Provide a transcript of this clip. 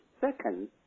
second